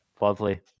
Lovely